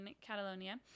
Catalonia